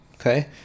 okay